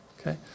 Okay